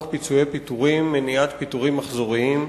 פיצויי פיטורים (מניעת פיטורים מחזוריים).